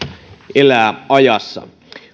elää ajassa